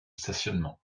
stationnement